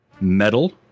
Metal